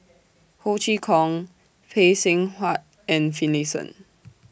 Ho Chee Kong Phay Seng Whatt and Finlayson